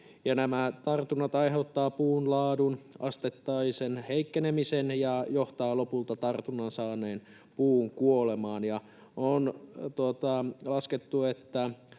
nämä tartunnat aiheuttavat puunlaadun asteittaisen heikkenemisen, ja se johtaa lopulta tartunnan saaneen puun kuolemaan, ja on laskettu, että